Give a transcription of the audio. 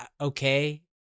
okay